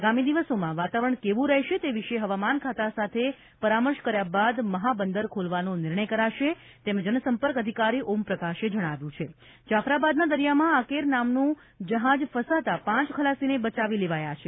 આગામી દિવસોમાં વાતાવરણ કેવું રહેશે તે વિશે હવામાન ખાતા સાથે પરામર્શ કર્યા બાદ મહા બંદર ખોલવાનો નિર્ણય કરાશે તેમ જનસંપર્ક અધિકારી ઓમપ્રકાશે જણાવ્યું છે જાફરાબાદના દરિયામાં આકેર નામનું જહાજ ફસાતા પાંચ ખલાસીને બચાવી લેવાયા છે